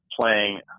playing